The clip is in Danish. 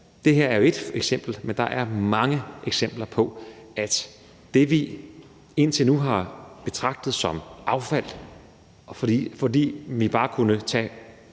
det her er et eksempel, men der er jo mange eksempler på, at i forhold til det, vi indtil nu har betragtet som affald, fordi vi bare kunne tage